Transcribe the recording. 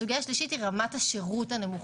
הסוגיה השלישית היא רמת השירות הנמוכה.